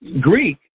Greek